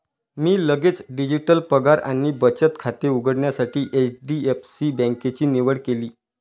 मी लगेच डिजिटल पगार आणि बचत खाते उघडण्यासाठी एच.डी.एफ.सी बँकेची निवड केली